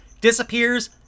disappears